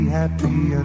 happy